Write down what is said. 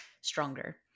stronger